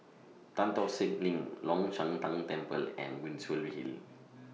Tan Tock Seng LINK Long Shan Tang Temple and Muswell Hill